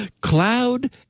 cloud